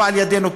לא על-ידינו,